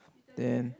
then